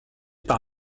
par